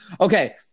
Okay